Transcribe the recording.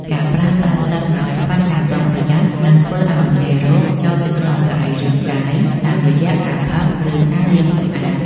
ការប្រើប្រាស់ទឹកដោយខ្វះការប្រុងប្រយ័ត្ននឹងធ្វើឱ្យមេរោគចូលទៅក្នុងសរីរាង្គកាយតាមរយៈការផឹក ឬការលាងសម្អាត។